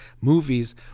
movies